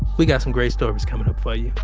we got some great stories coming up for you.